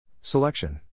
Selection